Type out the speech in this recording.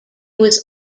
was